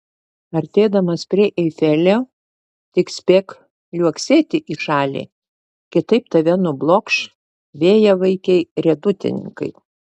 artėdamas prie eifelio tik spėk liuoksėti į šalį kitaip tave nublokš vėjavaikiai riedutininkai